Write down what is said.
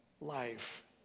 life